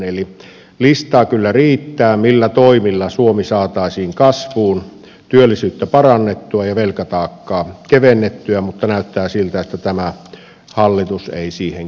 eli listaa kyllä riittää millä toimilla suomi saataisiin kasvuun työllisyyttä parannettua ja velkataakkaa kevennettyä mutta näyttää siltä että tämä hallitus ei siihen kykene